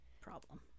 Problem